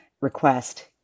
request